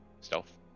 Stealth